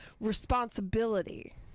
responsibility